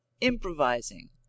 improvising